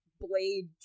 blade